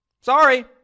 Sorry